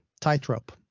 tightrope